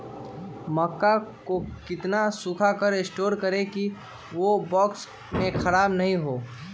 मक्का को कितना सूखा कर स्टोर करें की ओ बॉक्स में ख़राब नहीं हो?